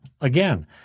again